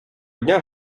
дня